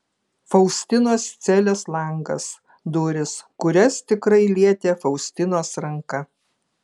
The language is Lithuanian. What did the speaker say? faustinos celės langas durys kurias tikrai lietė faustinos ranka